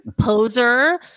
Poser